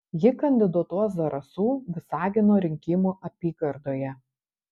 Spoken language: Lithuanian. ji kandidatuos zarasų visagino rinkimų apygardoje